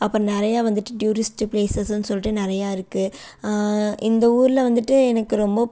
அப்புறம் நிறையா வந்துட்டு டூரிஸ்ட் பிளேஸஸ்னு சொல்லிட்டு நிறையா இருக்குது இந்த ஊரில் வந்துட்டு எனக்கு ரொம்ப